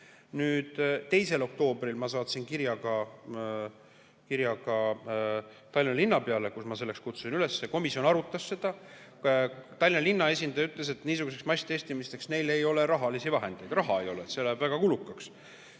2. oktoobril saatsin ma kirja Tallinna linnapeale, kus ma kutsusin selleks üles. Komisjon arutas seda. Tallinna linna esindaja ütles, et niisugusteks masstestimisteks neil ei ole rahalisi vahendeid, raha ei ole, see läheb väga kulukaks.